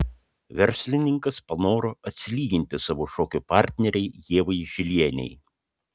verslininkas panoro atsilyginti savo šokių partnerei ievai žilienei